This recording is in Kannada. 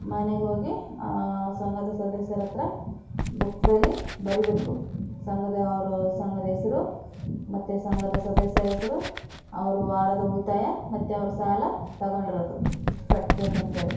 ಮನೆಗೋಗಿ ಸಂಘದ ಸದಸ್ಯರ ಹತ್ರ ಬುಕ್ನಲ್ಲಿ ಬರೀಬೇಕು ಸಂಘದವರು ಸಂಘದ ಹೆಸ್ರು ಮತ್ತು ಸಂಘದ ಸದಸ್ಯರ ಹೆಸ್ರು ಅವ್ರ ವಾರದ ಉಳಿತಾಯ ಮತ್ತು ಅವ್ರು ಸಾಲ ತಗೊಂಡಿರೋದು ಎಎಷ್ಟು ಕಟ್ಟಬೇಕಂತ ಹೇಳಿ